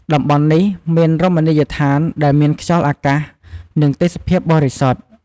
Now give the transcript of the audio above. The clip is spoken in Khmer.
តំបន់នេះ គឺមានរមណីយដ្ឋាន ដែលមានខ្យល់អាកាស និងទេសភាពបរិសុទ្ធ ។